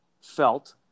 felt